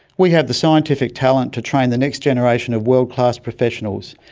we have the scientific talent to train the next generation of world-class professionals,